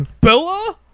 Bella